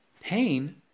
pain